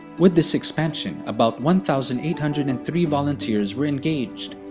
with this expansion, about one thousand eight hundred and three volunteers where engaged,